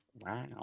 wow